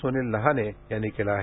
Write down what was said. सुनिल लहाने यांनी केले आहे